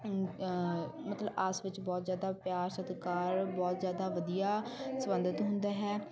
ਮਤਲਬ ਆਪਸ ਵਿੱਚ ਬਹੁਤ ਜ਼ਿਆਦਾ ਪਿਆਰ ਸਤਿਕਾਰ ਬਹੁਤ ਜ਼ਿਆਦਾ ਵਧੀਆ ਸਬੰਧਿਤ ਹੁੰਦਾ ਹੈ